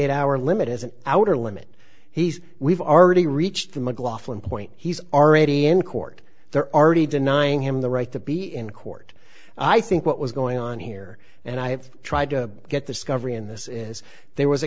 eight hour limit is an outer limit he's we've already reached the mclaughlin point he's already in court there are already denying him the right to be in court i think what was going on here and i have tried to get this governor in this is there was a